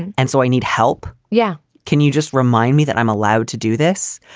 and so i need help. yeah. can you just remind me that i'm allowed to do this?